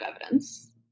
evidence